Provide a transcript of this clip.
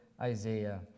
Isaiah